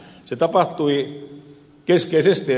se tapahtui keskeisesti ed